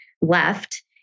left